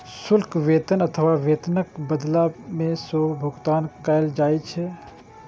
शुल्क वेतन अथवा वेतनक बदला मे सेहो भुगतान कैल जाइ छै